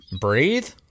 Breathe